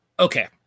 Okay